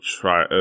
try